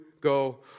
go